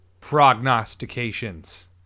prognostications